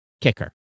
kicker